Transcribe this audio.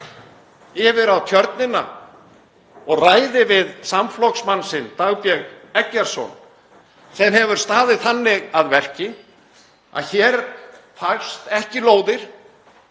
yfir á Tjörnina og ræði við samflokksmann sinn, Dag B. Eggertsson, sem hefur staðið þannig að verki að hér fást ekki lóðir,